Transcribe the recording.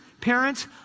parents